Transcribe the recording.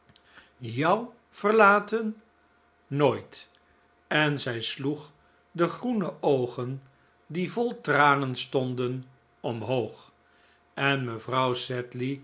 verlaten nooit en zij sloeg de groene oogen die vol tranen stonden omhoog en mevrouw